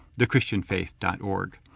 thechristianfaith.org